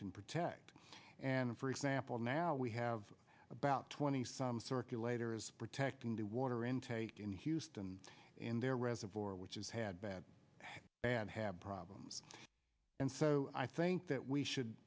can protect and for example now we have about twenty some circulator is protecting the water intake in houston in their reservoir which is had bad and have problems and so i think that we should